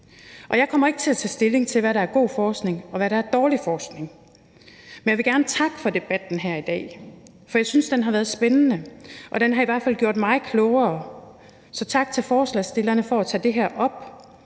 er. Jeg kommer ikke til at tage stilling til, hvad der er god forskning, og hvad der er dårlig forskning. Men jeg vil gerne takke for debatten her i dag, for jeg synes, den har været spændende, og den har i hvert fald gjort mig klogere. Så tak til forslagsstillerne for at tage det her op.